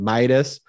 Midas